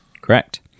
Correct